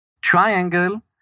triangle